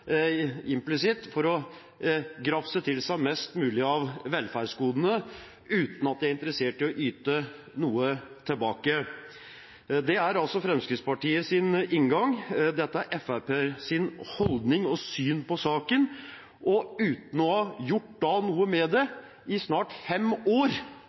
implisitt for å grafse til seg mest mulig av velferdsgodene, uten at de er interessert i å yte noe tilbake. Det er Fremskrittspartiets inngang. Dette er Fremskrittspartiets holdning og syn i saken – og uten å ha gjort noe med det i de snart fem